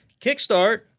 Kickstart